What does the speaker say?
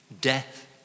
death